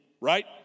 right